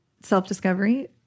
self-discovery